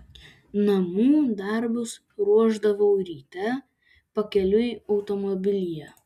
namų darbus ruošdavau ryte pakeliui automobilyje